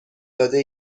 داده